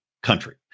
country